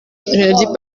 dis